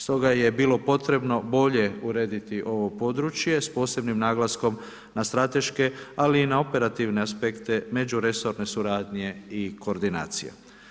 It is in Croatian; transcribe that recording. Stoga je bilo potrebno bilje urediti ovo područje s posebnim naglaskom na strateške ali i na operativne aspekte međuresorne suradnje i koordinacije.